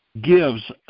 gives